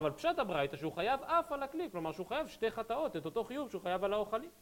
אבל פשט הברייתא שהוא חייב אף על הכלי, כלומר שהוא חייב שתי חטאות, את אותו חיוב שהוא חייב על האוכלין.